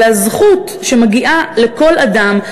אלא זכות שמגיעה לכל אדם,